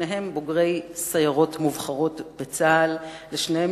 שניהם בוגרי סיירות מובחרות בצה"ל ולשניהם